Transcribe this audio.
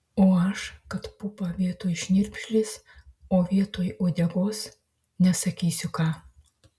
o aš kad pupą vietoj šnirpšlės o vietoj uodegos nesakysiu ką